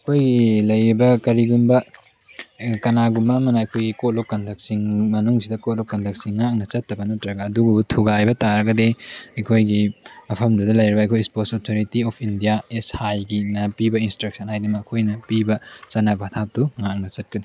ꯑꯩꯈꯣꯏꯒꯤ ꯂꯩꯔꯤꯕ ꯀꯔꯤꯒꯨꯝꯕ ꯀꯅꯥꯒꯨꯝꯕ ꯑꯃꯅ ꯑꯩꯈꯣꯏꯒꯤ ꯀꯣꯗ ꯑꯣꯐ ꯀꯟꯗꯛꯁꯤꯡ ꯃꯅꯨꯡꯁꯤꯗ ꯀꯣꯗ ꯑꯣꯐ ꯀꯟꯗꯛꯁꯤ ꯉꯥꯛꯅ ꯆꯠꯇꯕ ꯅꯠꯇ꯭ꯔꯒ ꯑꯗꯨꯒꯨꯝꯕ ꯊꯨꯒꯥꯏꯕ ꯇꯥꯔꯒꯗꯤ ꯑꯩꯈꯣꯏꯒꯤ ꯃꯐꯝꯗꯨꯗ ꯂꯩꯔꯤꯕ ꯑꯩꯈꯣꯏꯒꯤ ꯁ꯭ꯄꯣꯠꯁ ꯑꯣꯊꯣꯔꯤꯇꯤ ꯑꯣꯐ ꯏꯟꯗꯤꯌꯥ ꯑꯦꯁꯥꯏꯒꯤꯅ ꯄꯤꯕ ꯏꯟꯁꯇ꯭ꯔꯛꯁꯟ ꯍꯥꯏꯕꯗꯤ ꯃꯈꯣꯏꯅ ꯄꯤꯕ ꯆꯠꯅ ꯄꯊꯥꯞꯇꯨ ꯉꯥꯛꯅ ꯆꯠꯀꯅꯤ